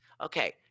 okay